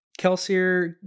kelsier